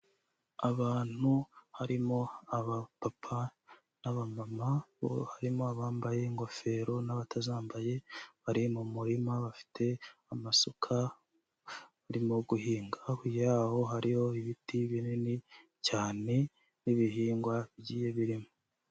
Abantu harimo abapapa, n'abamama, bo harimo abambaye ingofero n'abatazambaye, bari mu murima bafite amasuka barimo guhinga, hakurya yaho hariyo ibiti binini cyane, n'ibihingwa bigiye birimo.